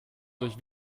durch